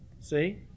See